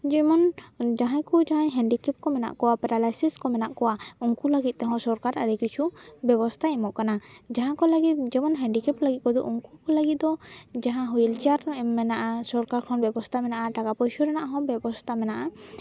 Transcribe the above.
ᱡᱮᱢᱚᱱ ᱡᱟᱦᱟᱸᱭ ᱠᱚ ᱡᱟᱦᱟᱸᱭ ᱦᱮᱱᱰᱤᱠᱮᱯ ᱠᱚ ᱢᱮᱱᱟᱜ ᱠᱚᱣᱟ ᱯᱮᱨᱟᱞᱟᱭᱥᱤᱥ ᱠᱚ ᱢᱮᱱᱟᱜ ᱠᱚᱣᱟ ᱩᱱᱠᱩ ᱞᱟᱹᱜᱤᱫ ᱛᱮᱦᱚᱸ ᱥᱚᱨᱠᱟᱨ ᱟᱹᱰᱤ ᱠᱤᱪᱷᱩ ᱵᱮᱵᱚᱥᱛᱷᱟᱭ ᱮᱢᱚᱜ ᱠᱟᱱᱟ ᱡᱟᱦᱟᱸ ᱠᱚ ᱞᱟᱹᱜᱤᱫ ᱡᱮᱢᱚᱱ ᱦᱮᱱᱰᱤᱠᱮᱯᱴ ᱞᱟᱹᱜᱤᱫ ᱛᱮᱫᱚ ᱩᱱᱠᱩ ᱠᱚ ᱞᱟᱹᱜᱤᱫ ᱡᱟᱦᱟᱸ ᱦᱟᱹᱞᱪᱟᱞ ᱮᱢ ᱢᱮᱱᱟᱜᱼᱟ ᱥᱚᱨᱠᱟᱨ ᱠᱷᱚᱱ ᱵᱮᱵᱚᱥᱛᱷᱟ ᱢᱮᱱᱟᱜᱼᱟ ᱴᱟᱠᱟ ᱯᱚᱭᱥᱟ ᱨᱮᱱᱟᱜ ᱦᱚᱸ ᱵᱮᱵᱚᱥᱛᱷᱟ ᱢᱮᱱᱟᱜᱼᱟ